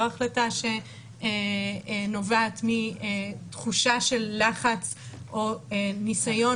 לא החלטה שנובעת מתחושה של לחץ או ניסיון